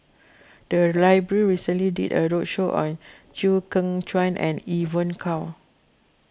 the library recently did a roadshow on Chew Kheng Chuan and Evon Kow